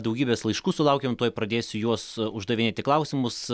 daugybės laiškų sulaukiam tuoj pradėsiu juos uždavinėti klausimus